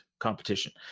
competition